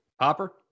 Hopper